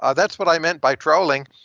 ah that's what i meant by trolling,